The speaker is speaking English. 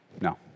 No